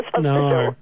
No